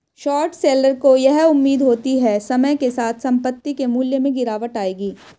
short seller को यह उम्मीद होती है समय के साथ संपत्ति के मूल्य में गिरावट आएगी